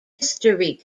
history